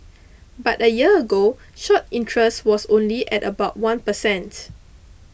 but a year ago short interest was only at about one per cent